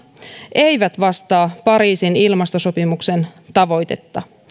eivät vastaa pariisin ilmastosopimuksen tavoitetta